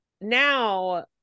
Now